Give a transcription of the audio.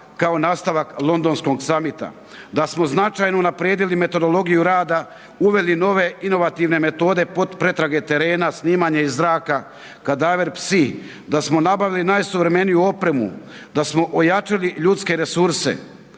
kao nastavak Londonskog samita. Da smo značajno unaprijedili metodologiju rada, uveli nove inovativne metode pretrage terena, snimanje iz zraka, kadaver psi, da smo nabaviti najsuvremeniju opremu, da smo ojačali ljudske resurse,